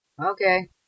Okay